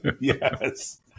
Yes